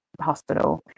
hospital